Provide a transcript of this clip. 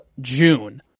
June